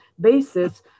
basis